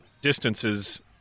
distances